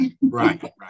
Right